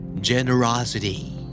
Generosity